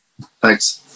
Thanks